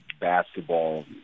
basketball